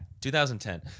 2010